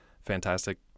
fantastic